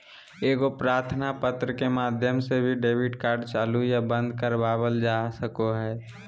एगो प्रार्थना पत्र के माध्यम से भी डेबिट कार्ड चालू या बंद करवावल जा सको हय